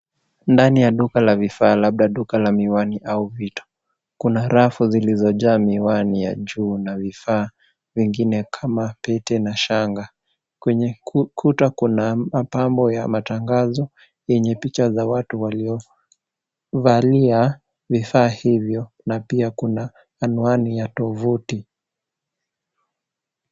Ndani ya duka la vifaa labda duka la miwani au vitu. Kuna rafu zilizojaa miwani ya jua na vifaa vingine kama pete na shanga. Kwenye kuta kuna mapambo ya matangazo, yenye picha za watu waliovalia vifaa hivyo na pia kuna anwani ya Tovuti.